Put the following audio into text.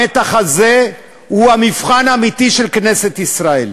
המתח הזה הוא המבחן האמיתי של כנסת ישראל.